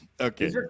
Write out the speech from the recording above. Okay